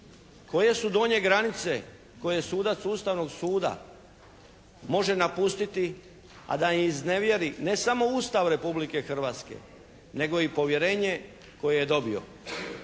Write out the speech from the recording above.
Koje su donje granice koje sudac Ustavnog suda može napustiti a da ne iznevjeri ne samo Ustav Republike Hrvatske nego i povjerenje koje je dobio.